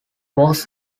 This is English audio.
was